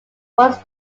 was